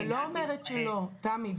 אני לא אומרת שלא, תמי.